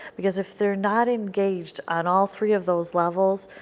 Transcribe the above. because if they are not engaged on all three of those levels,